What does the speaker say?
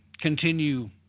continue